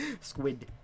Squid